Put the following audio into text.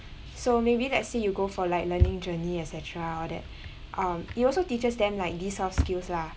so maybe let's say you go for like learning journey et cetera all that um it also teaches them like these soft skills lah